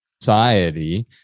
society